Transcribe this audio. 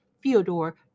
Fyodor